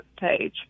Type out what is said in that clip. page